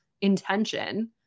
intention